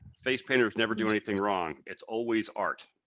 face painters never do anything wrong. it's always art.